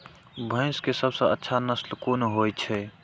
भैंस के सबसे अच्छा नस्ल कोन होय छे?